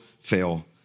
fail